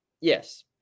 yes